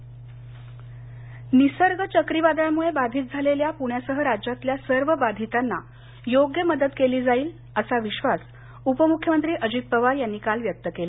निसर्ग चक्रीवादळा निसर्ग चक्रीवादळामुळे बाधित झालेल्या पुण्यासह राज्यातल्या सर्व बाधितांना योग्य मदत केली जाईल असा विश्वास उपम्रख्यमंत्री अजित पवार यांनी काल व्यक्त केला